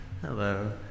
Hello